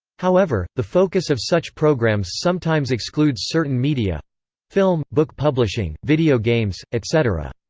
however, the focus of such programs sometimes excludes certain media film, book publishing, video games, etc.